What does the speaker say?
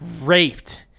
raped